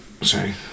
sorry